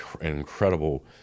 incredible